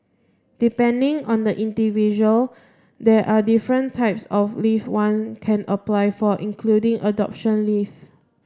depending on the individual there are different types of leave one can apply for including adoption leave